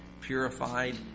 purified